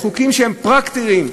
חוקים שהם פרקטיים,